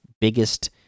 biggest